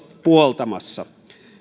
puoltamassa